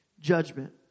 judgment